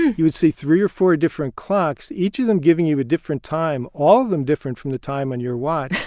you would see three or four different clocks, each of them giving you a different time, all of them different from the time on your watch.